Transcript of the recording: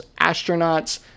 astronauts